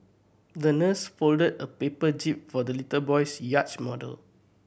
the nurse folded a paper jib for the little boy's yacht model